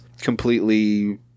completely